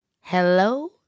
Hello